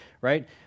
right